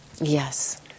Yes